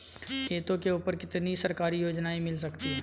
खेतों के ऊपर कितनी सरकारी योजनाएं मिल सकती हैं?